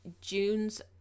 june's